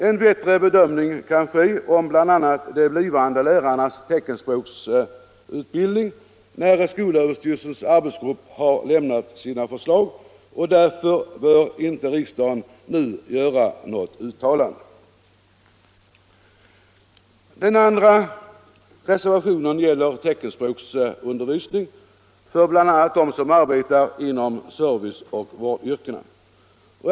En bättre bedömning av bl.a. de blivande lärarnas teckenspråksutbildning kan göras när SÖ:s arbetsgrupp har lämnat sina förslag, och därför bör inte riksdagen nu göra något uttalande. Den andra reservationen gäller teckenspråksundervisning för bl.a. dem som arbetar inom serviceoch vårdyrkena.